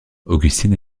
augustine